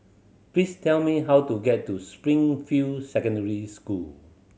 please tell me how to get to Springfield Secondary School